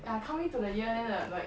yeah come into the year then the like